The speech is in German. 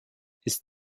ist